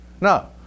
No